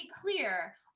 clear